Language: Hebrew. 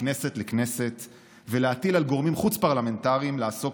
מכנסת לכנסת ולהטיל על גורמים חוץ-פרלמנטריים לעסוק